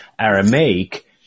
Aramaic